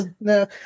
no